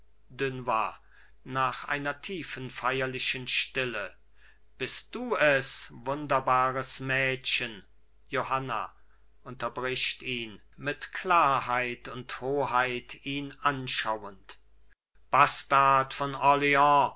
dunois nach einer tiefen feierlichen stille bist du es wunderbares mädchen johanna unterbricht ihn mit klarheit und hoheit ihn anschauend bastard von